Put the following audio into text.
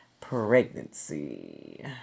Pregnancy